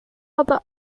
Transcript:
other